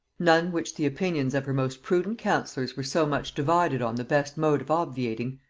none which the opinions of her most prudent counsellors were so much divided on the best mode of obviating,